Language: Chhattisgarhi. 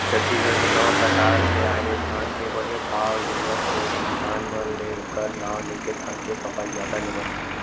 छत्तीसगढ़ म नवा सरकार के आय ले धान के बने भाव लेवत हे किसान मन ले ओखर नांव लेके धान के फसल जादा लेवत हे